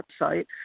website